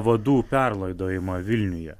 vadų perlaidojimą vilniuje